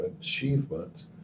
achievements